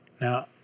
Now